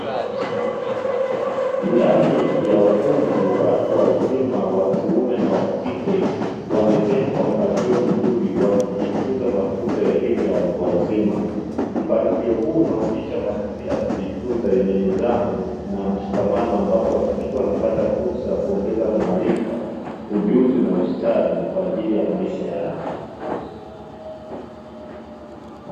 Ndani ya ukumbi watu wazima wakiume na wakike wameketi kwa mpangilio mzuri wakijifunza mafunzo ya elimu ya watu wazima. Mpangilio huu unaonyesha mazingira ya kujifunza yenye nidhamu na mshikamano ambapo washiriki wanapata fursa za kuongeza maarifa, ujuzi na ustadi kwa ajili ya maisha yao.